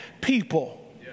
people